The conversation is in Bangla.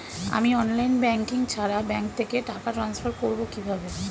আমি অনলাইন ব্যাংকিং ছাড়া ব্যাংক থেকে টাকা ট্রান্সফার করবো কিভাবে?